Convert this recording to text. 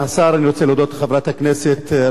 אני רוצה להודות לחברת הכנסת רוחמה,